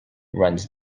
runs